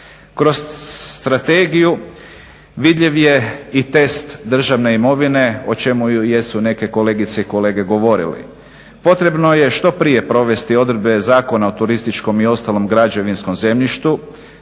Kroz strategiju vidljiv je i test državne imovine o čemu i jesu neke kolegice i kolege govorili. Potrebno je što prije provesti odredbe Zakona o turističkom i ostalom građevinskom zemljištu,